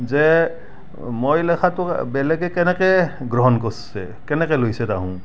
যে মই লেখাটো বেলেগে কেনেকৈ গ্ৰহণ কৰিছে কেনেকৈ লৈছে তাৰমানে